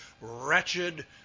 wretched